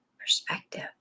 Perspective